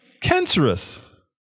cancerous